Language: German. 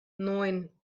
neun